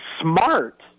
smart